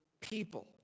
people